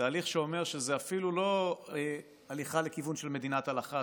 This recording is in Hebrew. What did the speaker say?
תהליך שאומר שזה אפילו לא הליכה לכיוון של מדינת הלכה,